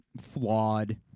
flawed